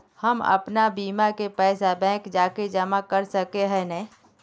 हम अपन बीमा के पैसा बैंक जाके जमा कर सके है नय?